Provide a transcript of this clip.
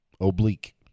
Oblique